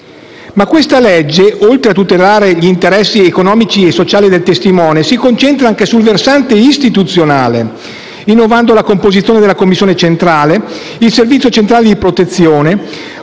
Questa legge, oltre a tutelare gli interessi economici e sociali del testimone, si concentra anche sul versante istituzionale, innovando la composizione della commissione centrale, e del Servizio centrale di protezione,